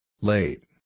Late